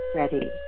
ready